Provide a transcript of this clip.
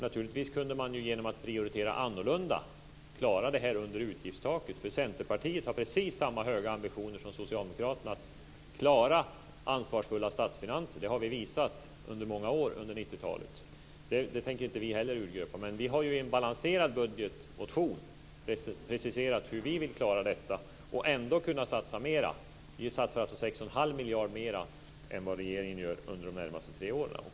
Naturligtvis kunde man genom att prioritera annorlunda klara det här under utgiftstaket, för Centerpartiet har precis samma höga ambitioner som Socialdemokraterna för att klara ansvarsfulla statsfinanser. Det har vi visat under många år under 90-talet. De tänker vi inte heller urgröpa. Men vi har ju i en balanserad budgetmotion preciserat hur vi vill klara detta och ändå kunna satsa mer. Vi satsar alltså 6,5 miljarder mer än vad regeringen gör under de närmaste tre åren.